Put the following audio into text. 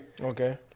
Okay